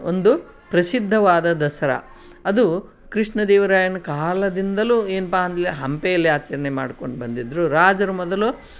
ಒಂದು ಪ್ರಸಿದ್ದವಾದ ದಸರಾ ಅದು ಕೃಷ್ಣ ದೇವರಾಯನ ಕಾಲದಿಂದಲೂ ಏನಪ್ಪಾ ಅಂದ್ರೇ ಹಂಪೆಯಲ್ಲಿ ಆಚರಣೆ ಮಾಡ್ಕೊಂಡು ಬಂದಿದ್ರು ರಾಜರು ಮೊದಲು